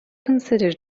consider